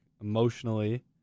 emotionally